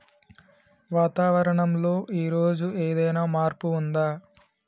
వాతావరణం లో ఈ రోజు ఏదైనా మార్పు ఉందా?